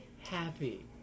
happy